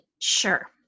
Sure